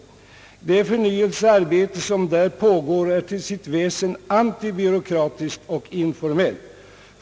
Det förnyelsearbete som där pågår är till sitt väsen antibyråkratiskt och informellt.